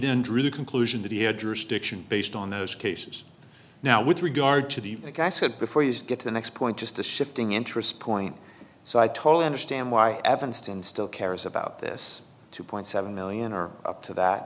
really conclusion that he had jurisdiction based on those cases now with regard to the guy said before you get to the next point just a shifting interest point so i totally understand why evanston still cares about this two point seven million or up to that